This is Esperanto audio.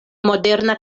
moderna